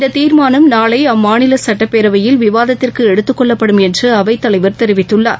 இந்த தீர்மானம் நாளை அம்மாநில சட்டப் பேரவையில் விவாதத்திற்கு எடுத்துக் கொள்ளப்படும் என்று அவைத் தலைவர் தெரிவித்துள்ளார்